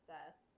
Seth